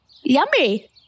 yummy